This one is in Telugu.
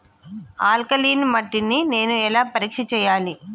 ఆల్కలీన్ మట్టి ని నేను ఎలా పరీక్ష చేయాలి?